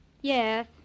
Yes